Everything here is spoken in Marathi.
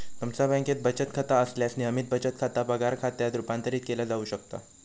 तुमचा बँकेत बचत खाता असल्यास, नियमित बचत खाता पगार खात्यात रूपांतरित केला जाऊ शकता